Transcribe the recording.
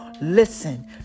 listen